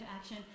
action